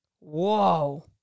Whoa